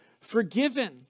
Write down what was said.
forgiven